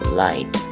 light